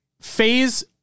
Phase